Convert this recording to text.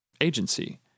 agency